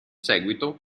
seguito